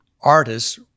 artists